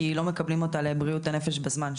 כי לא מקבלים אותה לבריאות הנפש בזמן.